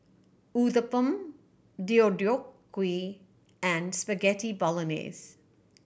Uthapam Deodeok Gui and Spaghetti Bolognese